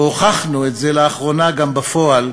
והוכחנו את זה לאחרונה גם בפועל,